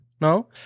No